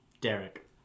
Derek